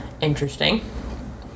interesting